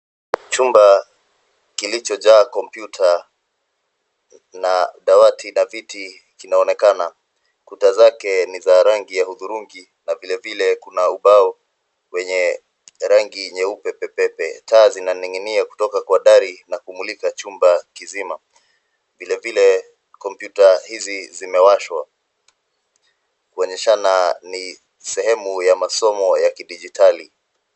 Chumba kilichojaa kompyuta na dawati na viti kinaonekana. Kuta zake ni za rangi ya hudhurungi na vile vile kuna ubao wenye ya rangi nyeupe pepepe. Taa zinaning'inia kutoka kwa dari na kumulika chumba kizima. Vile vile, kompyuta hizi zinawashwa. Kuonyeshana ni sehemu ya masomo ya kidijitali.